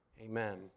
amen